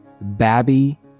Babby